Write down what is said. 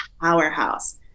powerhouse